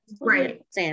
Right